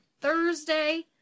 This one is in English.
Thursday